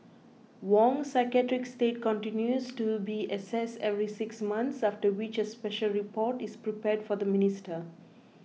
Wong's psychiatric state continues to be assessed every six months after which a special report is prepared for the minister